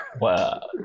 wow